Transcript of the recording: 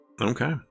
Okay